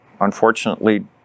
unfortunately